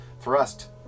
thrust